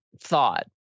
thought